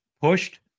pushed